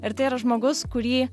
ir tai yra žmogus kurį